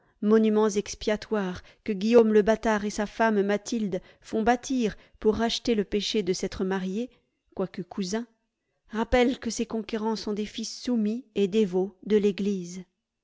monuments expiatoires que guillaume le bâtard et sa femme mathilde font bâtir pour racheter le péché de s'être mariés quoique cousins rappellent que ces conquérants sont des fils soumis et dévots de l'eglise